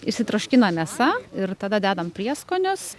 išsitroškina mėsa ir tada dedam prieskonius